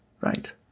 right